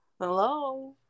Hello